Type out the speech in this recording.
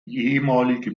ehemalige